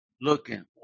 Looking